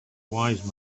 wise